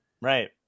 Right